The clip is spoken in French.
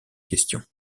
question